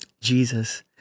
Jesus